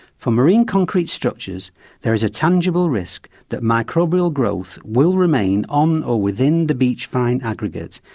for marine concrete structures there is a tangible risk that microbial growth will remain on or within the beach fine aggregate,